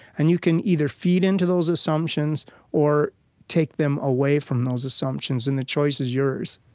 and you can either feed into those assumptions or take them away from those assumptions. and the choice is yours